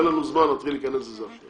פשוט אין לנו זמן להתחיל להיכנס לזה עכשיו.